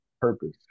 purpose